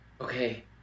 okay